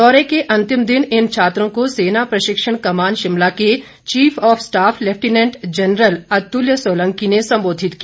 दौरे के अंतिम दिन इन छात्रों को सेना प्रशिक्षण कमान शिमला के chief of staff lieutenant general Atulya Solanki ने संबोधित किया